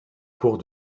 cours